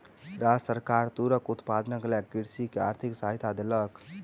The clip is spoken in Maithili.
राज्य सरकार तूरक उत्पादनक लेल कृषक के आर्थिक सहायता देलक